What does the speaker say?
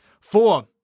Four